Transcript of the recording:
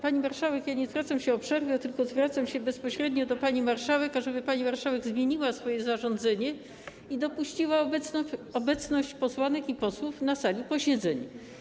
Pani marszałek, ja nie zwracam się o przerwę, tylko zwracam się bezpośrednio do pani marszałek, ażeby pani marszałek zmieniła swoje zarządzenie i dopuściła obecność posłanek i posłów na sali posiedzeń.